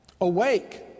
Awake